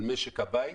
על משק הבית,